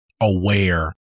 aware